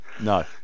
no